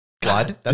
Blood